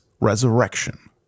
resurrection